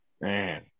Man